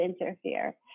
interfere